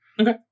okay